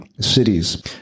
cities